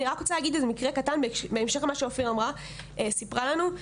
אני רק רוצה להגיד איזה מקרה קטן בהמשך למה שאופיר סיפרה לנו,